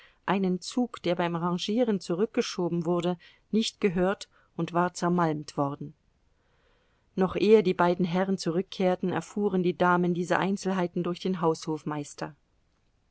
einen zug der beim rangieren zurückgeschoben wurde nicht gehört und war zermalmt worden noch ehe die beiden herren zurückkehrten erfuhren die damen diese einzelheiten durch den haushofmeister